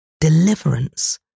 deliverance